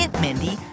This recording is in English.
Mindy